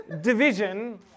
division